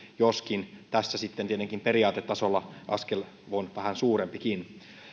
joskin tässä sitten tietenkin periaatetasolla askel on vähän suurempikin